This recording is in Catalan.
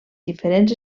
diferents